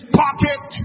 pocket